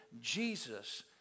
Jesus